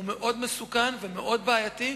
הוא מאוד מסוכן ומאוד בעייתי,